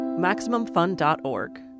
MaximumFun.org